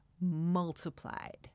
multiplied